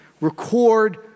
record